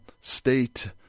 state